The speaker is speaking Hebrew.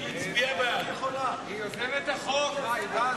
היא יוזמת החוק.